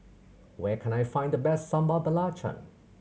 where can I find the best Sambal Belacan